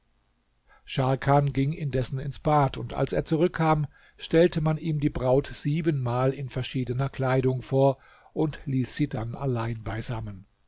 scharkan ging indessen ins bad und als er zurückkam stellte man ihm die braut siebenmal in verschiedener kleidung vor und ließ sie dann allein beisammen